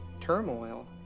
turmoil